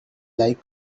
like